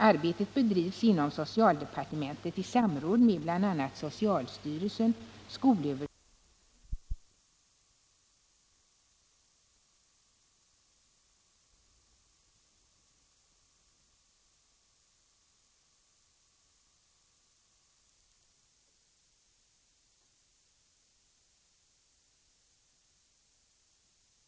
Arbetet bedrivs inom socialdepartementet i samråd med bl.a. socialstyrelsen, skolöverstyrelsen, kommunoch landstingsförbunden samt Riksförbundet mot allergi. Det är min förhoppning att detta utredningsarbete skall ge underlag för åtgärder för att förbättra levnadsvillkoren och vårdmöjligheterna för personer med allergiska anlag och besvär.